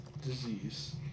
disease